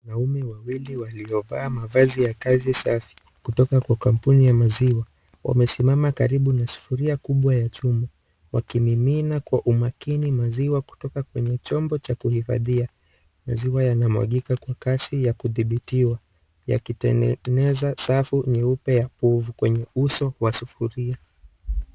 Wanaume wawili waliovaa mavazi ya kazi safi kutoka kwa kampuni ya maziwa. Wamesimama karibu na sufuria kubwa ya chuma wakimimina kwa umakini maziwa kutoka kwenye chombo cha kuifadhia. Maziwa yanamwagika kwa kazi ya kudhibidhiwa. Yakitengeneza safu nyeupe ya pofu kwenye uso wa sufuria.